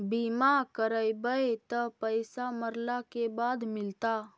बिमा करैबैय त पैसा मरला के बाद मिलता?